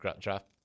draft